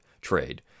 trade